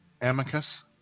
Amicus